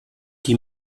qui